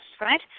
right